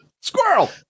Squirrel